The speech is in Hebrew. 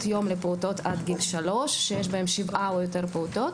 יום לפעוטות עד גיל שלוש שיש בהם שבעה או יותר פעוטות,